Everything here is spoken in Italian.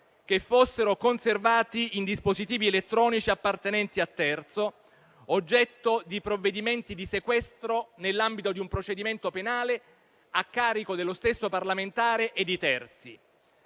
che fossero conservati in dispositivi elettronici appartenenti a terzo, oggetto di provvedimenti di sequestro nell'ambito di un procedimento penale a carico dello stesso parlamentare e di terzi.